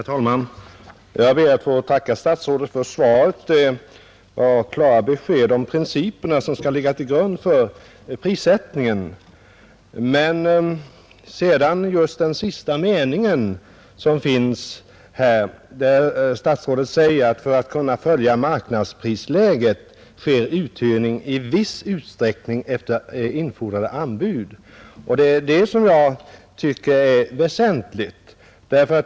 Herr talman! Jag ber att få tacka industriministern för svaret. Det var klara besked om principerna som skall ligga till grund för prissättningen. I sista meningen heter det att för att man skall kunna följa marknadsprisläget sker uthyrningen i viss utsträckning efter infordrande av anbud, och det är just detta som jag tycker är väsentligt.